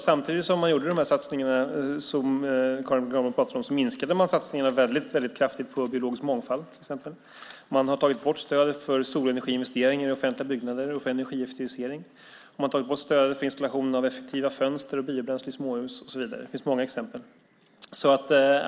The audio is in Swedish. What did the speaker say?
Samtidigt som man gjorde de satsningar som Karin Granbom pratade om minskade man kraftigt satsningarna på till exempel biologisk mångfald. Man har tagit bort stödet för solenergiinvesteringar i offentliga byggnader och för energieffektivisering. Man har tagit bort stödet för installation av effektiva fönster och biobränsle i småhus och så vidare. Det finns många exempel.